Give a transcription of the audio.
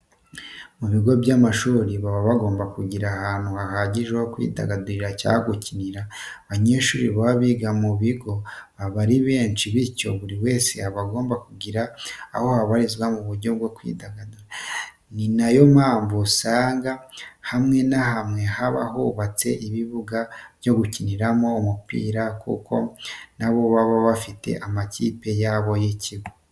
Mu bigo by'amashuri baba bagomba kugira ahantu hahagije ho kwidagadurira cyangwa gukina kuko abanyeshuri baba biga mu kigo baba ari benshi, bityo buri wese aba agomba kugira aho abarizwa mu buryo bwo kwidagadura. Ni na yo mpamvu usanga hamwe na hamwe haba hubatse ibibuga byo gukiniramo umupira kuko na bo baba bafite amakipe yabo y'ikigo.